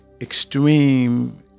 extreme